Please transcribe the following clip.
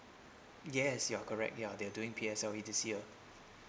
yes you are correct yeah they're doing P_S_L_E this year